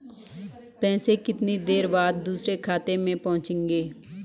पैसे कितनी देर बाद दूसरे खाते में पहुंचेंगे?